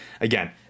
Again